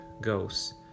goes